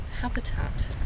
habitat